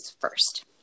first